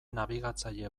nabigatzaile